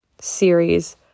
series